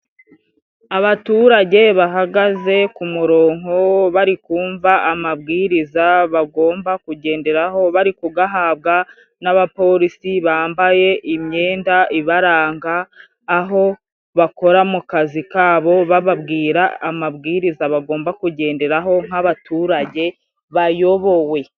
Abaturage bahagaze ku muronko, bari kumva amabwiriza bagomba kugenderaho, bari kugahabwa n'abapolisi bambaye imyenda ibaranga, aho bakora mu kazi kabo bababwira amabwiriza bagomba kugenderaho nk'abaturage bayobowe.